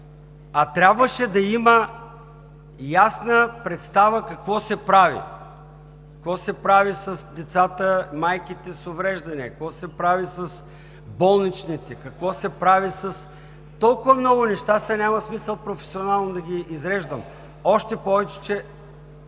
А трябваше да има ясна представа какво се прави; какво се прави с децата с увреждания – майките, какво се прави с болничните, какво се прави с… Толкова много неща са, няма смисъл професионално да ги изреждам, още повече че